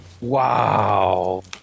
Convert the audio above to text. Wow